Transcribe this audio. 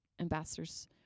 ambassadors